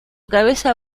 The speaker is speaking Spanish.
cabeza